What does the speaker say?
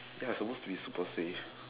ya it's supposed to be super safe